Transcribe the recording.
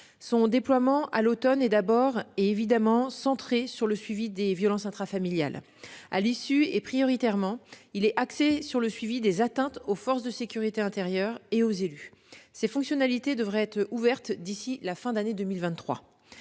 Son déploiement à l'automne est d'abord, évidemment, centré sur le suivi des violences intrafamiliales. Il est ensuite axé prioritairement sur le suivi des atteintes aux forces de sécurité intérieure et aux élus. Ces fonctionnalités devraient être ouvertes d'ici à la fin de l'année 2023.